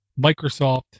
Microsoft